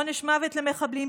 עונש מוות למחבלים,